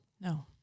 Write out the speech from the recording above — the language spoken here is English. No